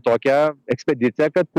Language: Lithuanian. tokią ekspediciją kad